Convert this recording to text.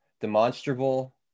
demonstrable